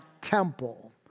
temple